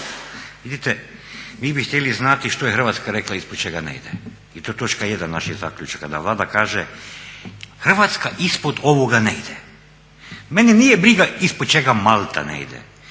Vidite mi bi htjeli znati što je Hrvatska rekla ispod čega ne ide? I to je točka jedan naših zaključaka da Vlada kaže Hrvatska ispod ovoga ne ide. Mene nije briga ispod čega Malta ne ide,